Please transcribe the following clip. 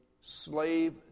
slave